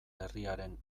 herriaren